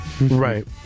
right